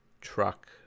truck